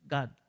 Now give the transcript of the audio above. God